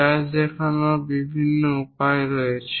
ব্যাস দেখানোর বিভিন্ন উপায় রয়েছে